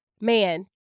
man